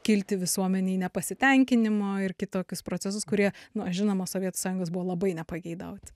kilti visuomenei nepasitenkinimo ir kitokius procesus kurie na žinoma sovietų sąjungos buvo labai nepageidauti